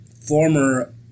former